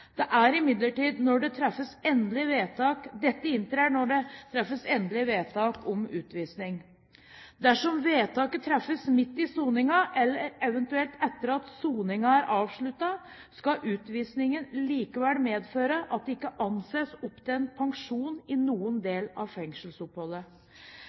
Dette inntrer når det treffes endelig vedtak om utvisning. Dersom vedtaket treffes midt i soningen, eller eventuelt etter at soningen er avsluttet, skal utvisningen likevel medføre at det ikke anses opptjent pensjon i noen